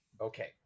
Okay